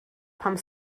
pan